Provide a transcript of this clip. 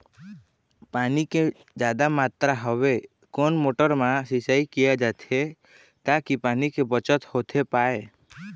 पानी के जादा मात्रा हवे कोन मोटर मा सिचाई किया जाथे ताकि पानी के बचत होथे पाए?